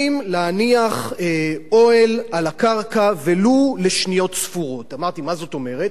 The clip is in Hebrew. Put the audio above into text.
תהליך מדיני ולא לנסות ולמצוא פתרון לסכסוך,